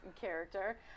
character